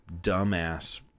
dumbass